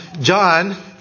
John